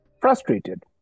Frustrated